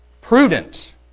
Prudent